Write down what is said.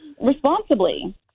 responsibly